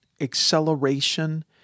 acceleration